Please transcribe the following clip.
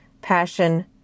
passion